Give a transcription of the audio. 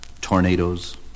tornadoes